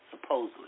Supposedly